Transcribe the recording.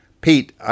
Pete